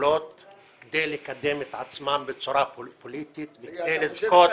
שכולות כדי לקדם את עצמם בצורה פוליטית וכדי לזכות --- רגע,